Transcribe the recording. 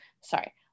Sorry